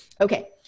Okay